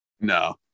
No